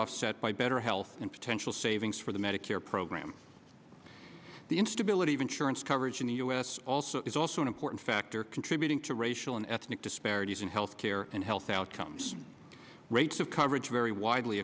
offset by better health and potential savings for the medicare program the instability of insurance coverage in the us also is also an important factor contributing to racial and ethnic disparities in health care and health outcomes rates of coverage vary widely